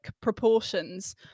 proportions